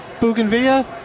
bougainvillea